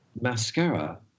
mascara